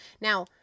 Now